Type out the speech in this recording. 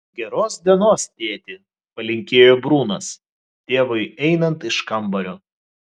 geros dienos tėti palinkėjo brunas tėvui einant iš kambario